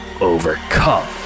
overcome